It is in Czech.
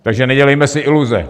Takže nedělejme si iluze.